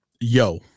Yo